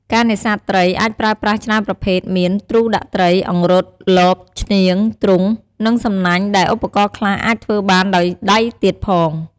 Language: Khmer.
ការនេសាទត្រីអាចប្រើប្រាស់ច្រើនប្រភេទមាន ទ្រូដាក់ត្រី អង្រុត លប ឈ្នាង ទ្រុង និងសំណាញ់ដែលឧបករណ៍ខ្លះអាចធ្វើបានដោយដៃទៀតផង។